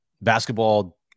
basketball